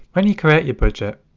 when you create your budget,